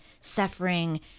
suffering